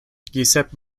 giuseppe